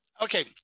Okay